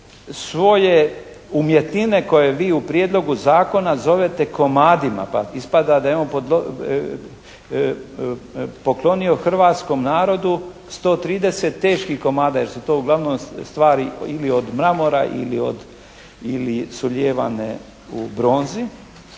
svoje umjetnine koje vi u Prijedlogu zakona zovete komadima, pa ispada da je on poklonio hrvatskom narodu 130 teških komada jer su to uglavnom stvari ili od mramora ili od, ili su lijevane u bronzi.